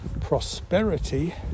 prosperity